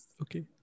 Okay